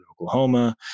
Oklahoma